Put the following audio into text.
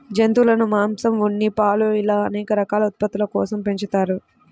జంతువులను మాంసం, ఉన్ని, పాలు ఇలా అనేక రకాల ఉత్పత్తుల కోసం పెంచుతారు